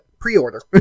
Pre-order